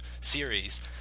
series